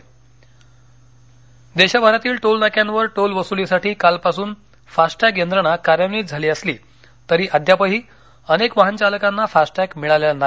fast tag देशभरातील toll नाक्यांवर toll वसुलीसाठी कालपासून फास्ट टॅग यंत्रणा कार्यान्वित झाली असली तरी अद्यापही अनेक वाहन चालकांना फास्ट टॅग मिळालेला नाही